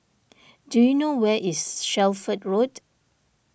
do you know where is Shelford Road